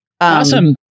awesome